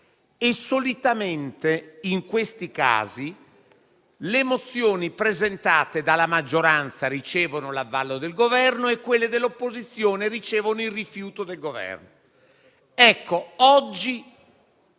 Solitamente in questi casi le proposte presentate dalla maggioranza ricevono l'avallo del Governo, mentre quelle dell'opposizione ricevono un rifiuto. Ecco,